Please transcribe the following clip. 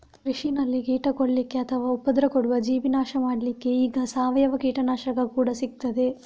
ಕೃಷಿನಲ್ಲಿ ಕೀಟ ಕೊಲ್ಲಿಕ್ಕೆ ಅಥವಾ ಉಪದ್ರ ಕೊಡುವ ಜೀವಿ ನಾಶ ಮಾಡ್ಲಿಕ್ಕೆ ಈಗ ಸಾವಯವ ಕೀಟನಾಶಕ ಕೂಡಾ ಸಿಗ್ತದೆ